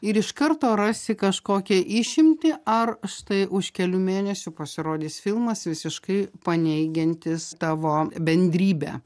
ir iš karto rasi kažkokią išimtį ar štai už kelių mėnesių pasirodys filmas visiškai paneigiantis tavo bendrybę